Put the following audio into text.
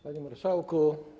Panie Marszałku!